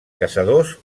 caçadors